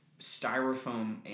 styrofoam